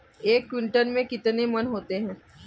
एक क्विंटल में कितने मन होते हैं?